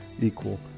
equal